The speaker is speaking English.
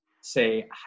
say